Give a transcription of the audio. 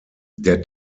der